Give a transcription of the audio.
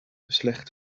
beslechten